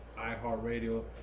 iHeartRadio